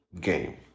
game